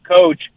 coach